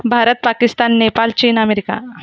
भारत पाकिस्तान नेपाल चीन अमेरिका